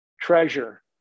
treasure